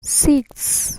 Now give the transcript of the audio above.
six